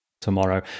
Tomorrow